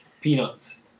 Peanuts